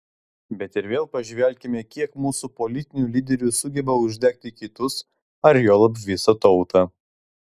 bet ir vėl pažvelkime kiek mūsų politinių lyderių sugeba uždegti kitus ar juolab visą tautą